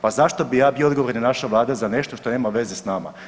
Pa zašto bi ja bio odgovoran ili naša Vlada za nešto što nema veze s nama?